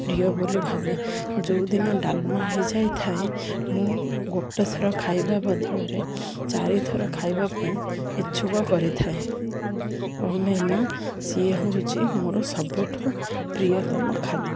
ପ୍ରିୟ ବୋଲି ଭାବେ ଯେଉଁଦିନ ଡାଲମା ହେଇଯାଇଥାଏ ମୁଁ ଗୋଟେଥର ଖାଇବା ବଦଳରେ ଚାରିଥର ଖାଇବା ପାଇଁ ଇଚ୍ଛୁକ କରିଥାଏ କଣ ପାଇଁନା ସିଏ ହେଉଛି ମୋର ସବୁଠୁ ପ୍ରିୟତମ ଖାଦ୍ୟ